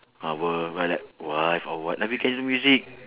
our wi~ like wife or what like we can use music